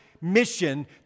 mission